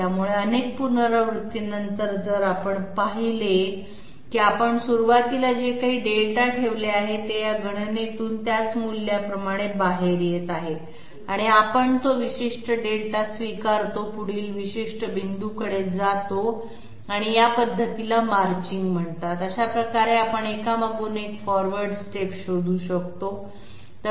त्यामुळे अनेक पुनरावृत्तींनंतर जर आपण पाहिलं की आपण सुरुवातीला जे काही δ ठेवले आहे ते या गणनेतून त्याच मूल्याप्रमाणे बाहेर येत आहे आपण तो विशिष्ट δ स्वीकारतो आणि पुढील विशिष्ट बिंदूकडे जातो आणि या पद्धतीला मार्चिंग म्हणतात आणि अशा प्रकारे आपण एकामागून एक फॉरवर्ड स्टेप शोधू शकतो